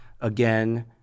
again